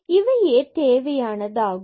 இவையே தேவையானதாகும்